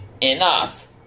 enough